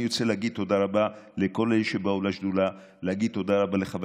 אני רוצה להגיד תודה רבה לכל אלה שבאו לשדולה ולהגיד תודה רבה לחבר